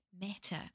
matter